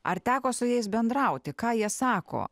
ar teko su jais bendrauti ką jie sako